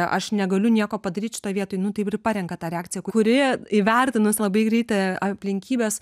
aš negaliu nieko padaryt šitoj vietoj nu taip ir parenka tą reakciją kuri įvertinus labai greitai aplinkybes